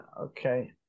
okay